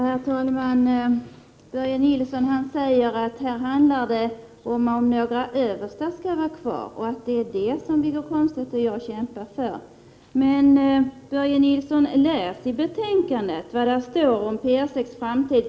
Herr talman! Börje Nilsson säger att det handlar om att några överstar skall få vara kvar och att det är det som Wiggo Komstedt och jag kämpar för. Men, Börje Nilsson, läs i betänkandet vad det står om t.ex. P 6:s framtid.